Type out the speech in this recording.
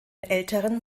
älteren